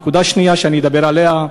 נקודה שנייה שאני אדבר עליה,